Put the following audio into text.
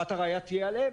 שחובת הראיה תהיה עליהם.